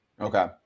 Okay